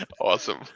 awesome